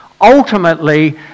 ultimately